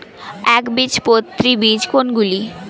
একবীজপত্রী বীজ কোন গুলি?